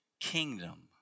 kingdom